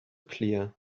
clear